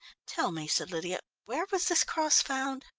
tell me, said lydia, where was this cross found?